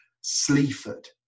Sleaford